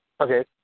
Okay